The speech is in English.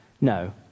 no